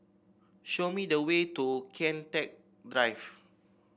show me the way to Kian Teck Drive